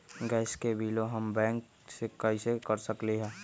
Gas के बिलों हम बैंक से कैसे कर सकली?